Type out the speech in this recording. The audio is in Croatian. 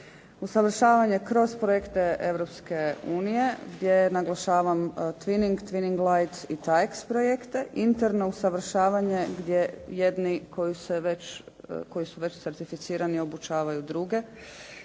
usavršavanje kroz projekte Europske unije gdje naglašavam twining, twining light i taix projekte, interno usavršavanje gdje jedni koji su već certificirani obučavaju druge